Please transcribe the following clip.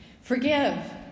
Forgive